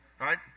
right